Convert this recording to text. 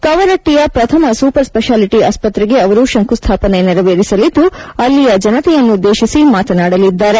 ಕವರಟ್ಟಿಯ ಪ್ರಥಮ super speciality ಆಸ್ವತ್ರೆಗೆ ಅವರು ಶಂಕುಸ್ಥಾಪನೆ ನೆರವೇರಿಸಲಿದ್ದು ಅಲ್ಲಿಯ ಜನತೆಯನ್ನುದ್ದೇಶಿಸಿ ಮಾತನಾಡಲಿದ್ದಾರೆ